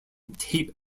tape